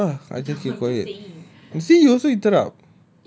then you talk ah I just keep quiet you see you also interrupt